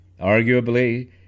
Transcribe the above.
Arguably